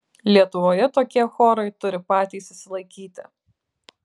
lietuvoje tokie chorai turi patys išsilaikyti